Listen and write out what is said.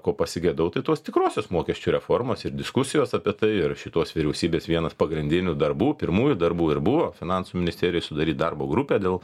ko pasigedau tai tos tikrosios mokesčių reformos ir diskusijos apie tai ir šitos vyriausybės vienas pagrindinių darbų pirmųjų darbų ir buvo finansų ministerijoj sudaryt darbo grupę dėl